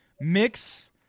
mix